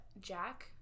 Jack